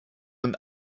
und